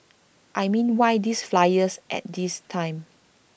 I mean why these flyers at this time